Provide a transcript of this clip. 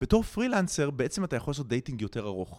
בתור פרילנסר בעצם אתה יכול לעשות דייטינג יותר ארוך